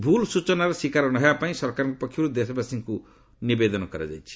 ଭୂଲ୍ ସ୍ବଚନାର ଶିକାର ନ ହେବା ପାଇଁ ସରକାରଙ୍କ ପକ୍ଷରୁ ଦେଶବାସୀଙ୍କୁ ନିବେଦନ କରାଯାଇଛି